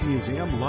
Museum